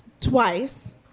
twice